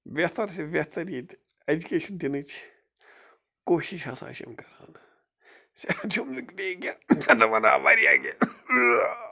بہتر سے بہتر ییٚتہِ ایٚجوکیشن دِنٕچ کوٗشِش ہَسا چھِ یِم کَران صیٚحت چھُم نہٕ ٹھیٖک کیٚنٛہہ نتہٕ وَنہٕ ہا وارِیاہ کیٚنٛہہ